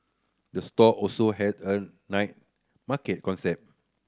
the store also has a night market concept